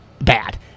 bad